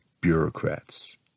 bureaucrats